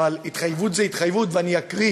אבל התחייבות זה התחייבות, ואני אקריא